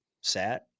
sat